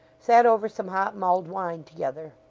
sat over some hot mulled wine together.